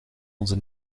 onze